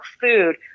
food